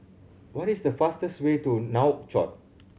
what is the fastest way to Nouakchott